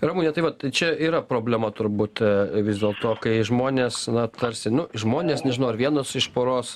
ramune tai va tai čia yra problema turbūt vis dėlto kai žmonės na tarsi nu žmonės nežinau ar vienas iš poros